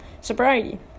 sobriety